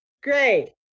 Great